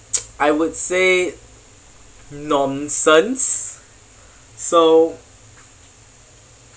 I would say nonsense so